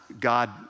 God